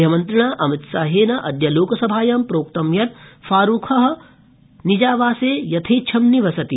गृहमन्त्रिणा अमितशाहेन अद्य लोकसभाया प्रोक्त यत् फारूख अब्दल्लाह निजावासे यथेच्छ निवसति